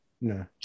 No